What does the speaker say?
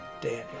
Daniel